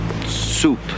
soup